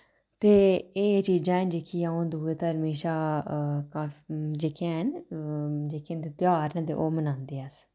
ते एह् चीजां न जेह्की अ'ऊं दूए धर्में शा काफी जेह्कियां हैन जेह्के इंदे तेहार न ते ओह् मनांदे अस